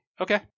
Okay